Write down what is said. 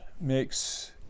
makes